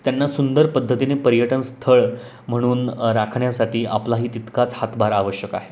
त्यांना सुंदर पद्धतीने पर्यटन स्थळ म्हणून राखण्यासाठी आपलाही तितकाच हातभार आवश्यक आहे